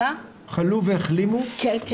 כן.